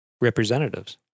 representatives